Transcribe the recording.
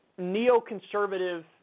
neoconservative